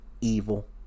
evil